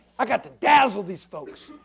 i got to dazzle these folks.